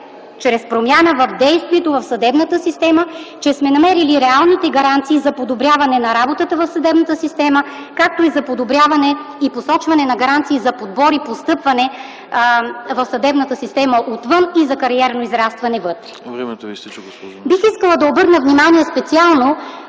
чрез промяна в действията в съдебната система, че сме намерили реалните гаранции за подобряване на работата в съдебната система, както и за подобряване и посочване на гаранции за подбор и постъпване в съдебната система отвън и за кариерно израстване вътре. Бих искала да обърна специално